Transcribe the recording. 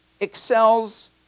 excels